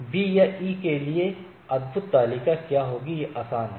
B या E आदि के लिए अद्यतन तालिका क्या होगी यह आसान है